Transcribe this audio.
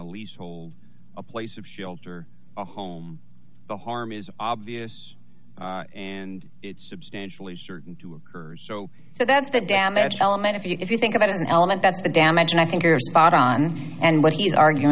a lease hold a place of shelter a home the harm is obvious and it's substantially certain to occurs so that's the damage element if you think about an element that's the damage and i think you're spot on and what he's arguing